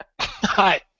Hi